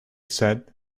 said